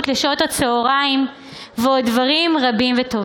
לשעות הצוהריים ועוד דברים רבים וטובים.